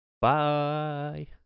Bye